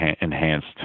enhanced